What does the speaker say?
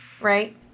right